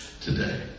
today